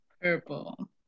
Purple